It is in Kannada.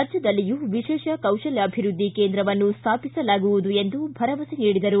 ರಾಜ್ಯದಲ್ಲಿಯೂ ವಿಶೇಷ ಕೌಶಲ್ಯಾಭಿವೃದ್ಧಿ ಕೇಂದ್ರವನ್ನು ಸ್ಥಾಪಿಸಲಾಗುವುದು ಎಂದು ಭರವಸೆ ನೀಡಿದರು